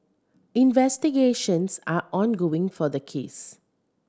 investigations are ongoing for the case